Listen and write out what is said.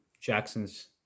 Jackson's